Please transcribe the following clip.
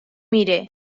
mire